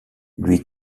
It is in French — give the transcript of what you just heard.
lui